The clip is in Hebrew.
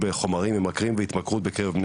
בוקר טוב,